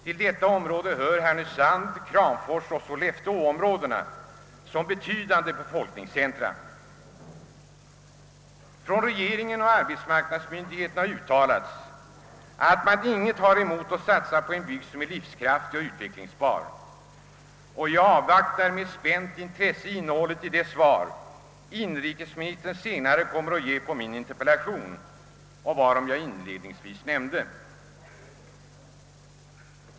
Till detta område hör Härnösands-, Kramforsoch Sollefteå-områdena som betydande befolkningscentra. Från regeringen och arbetsmarknadsmyndigheterna har uttalats att man ingenting har emot att satsa på en bygd som är livskraftig och utvecklingsbar. Jag avvaktar med spänt intresse innehållet i det svar inrikesministern senare kommer att ge på min interpellation, som jag inledningsvis omnämnde.